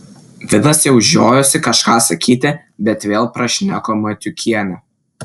vidas jau žiojosi kažką sakyti bet vėl prašneko matiukienė